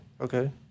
Okay